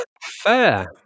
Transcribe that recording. Fair